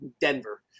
Denver